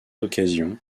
occasions